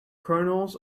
kernels